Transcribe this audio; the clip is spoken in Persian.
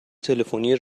تلفنی